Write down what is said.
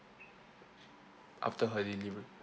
after her delivery